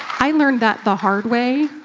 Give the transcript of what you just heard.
i learned that the hard way,